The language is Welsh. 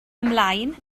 ymlaen